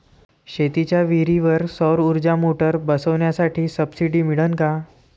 शेतीच्या विहीरीवर सौर ऊर्जेची मोटार बसवासाठी सबसीडी मिळन का?